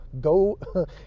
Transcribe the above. Go